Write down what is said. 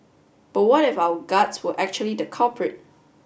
but what if our guts were actually the culprit